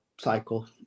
cycle